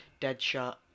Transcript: Deadshot